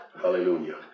Hallelujah